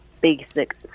basic